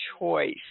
choice